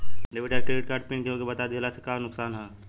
Debit या credit card PIN केहूके बता दिहला से का नुकसान ह?